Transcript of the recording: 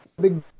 big